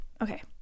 Okay